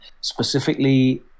specifically